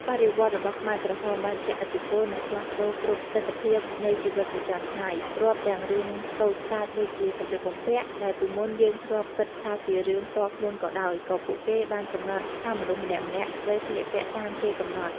បដិវត្តន៍របស់ខ្មែរក្រហមបានជះឥទ្ធិពល និងផ្លាស់ប្ដូរគ្រប់ទិដ្ឋភាពនៃជីវិតប្រចាំថ្ងៃ រាប់ទាំងរឿងតូចតាចដូចជា សម្លៀកបំពាក់ ដែលពីមុនយើងធ្លាប់គិតថាជារឿងផ្ទាល់ខ្លួនក៏ដោយ គឺពួកគេបានកំណត់ថាមនុស្សម្នាក់ៗ ត្រូវស្លៀកពាក់តាមគេកំណត់។